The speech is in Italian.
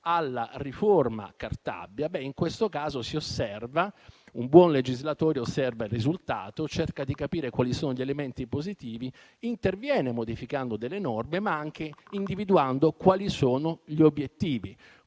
alla riforma Cartabia. Ebbene, in questo caso un buon legislatore osserva il risultato, cerca di capire quali sono gli elementi positivi e interviene modificando delle norme, ma anche individuando gli obiettivi.